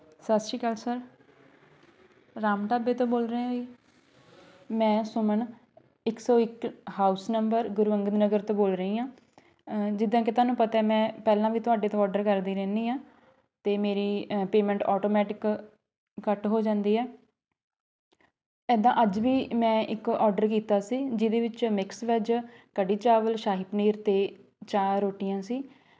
ਸਤਿ ਸ਼੍ਰੀ ਅਕਾਲ ਸਰ ਰਾਮ ਢਾਬੇ ਤੋਂ ਬੋਲ ਰਹੇ ਹੋ ਜੀ ਮੈਂ ਸੁਮਨ ਇੱਕ ਸੌ ਇੱਕ ਹਾਊਸ ਨੰਬਰ ਗੁਰੂ ਅੰਗਦ ਨਗਰ ਤੋਂ ਬੋਲ ਰਹੀ ਹਾਂ ਜਿੱਦਾਂ ਕਿ ਤੁਹਾਨੂੰ ਪਤਾ ਮੈਂ ਪਹਿਲਾਂ ਵੀ ਤੁਹਾਡੇ ਤੋਂ ਔਡਰ ਕਰਦੀ ਰਹਿੰਦੀ ਹਾਂ ਅਤੇ ਮੇਰੀ ਪੇਮੈਂਟ ਆਟੋਮੈਟਿਕ ਕੱਟ ਹੋ ਜਾਂਦੀ ਹੈ ਇੱਦਾਂ ਅੱਜ ਵੀ ਮੈਂ ਇੱਕ ਔਡਰ ਕੀਤਾ ਸੀ ਜਿਹਦੇ ਵਿੱਚ ਮਿਕਸ ਵੈਜ ਕੜੀ ਚਾਵਲ ਸ਼ਾਹੀ ਪਨੀਰ ਅਤੇ ਚਾਰ ਰੋਟੀਆਂ ਸੀ